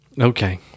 okay